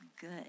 good